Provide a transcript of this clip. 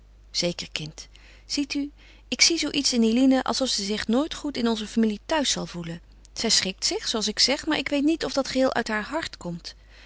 zeker kind ziet u ik zie zoo iets in eline alsof ze zich nooit goed in onze familie thuis zal voelen zij schikt zich zooals ik zeg maar ik weet niet of dat geheel uit haar hart komt